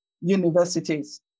universities